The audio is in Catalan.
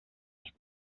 ens